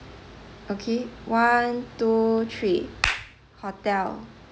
okay one two three hotel